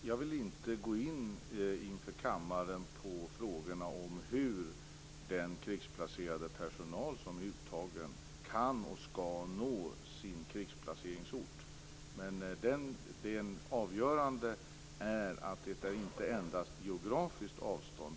Herr talman! Jag vill i kammaren inte gå in på frågorna om hur den krigsplacerade personal som är uttagen kan och skall nå sin krigsplaceringsort. Men det avgörande är att det inte endast handlar om geografiska avstånd.